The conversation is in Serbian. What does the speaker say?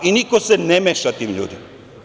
Niko se ne meša tim ljudima.